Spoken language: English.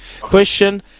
Question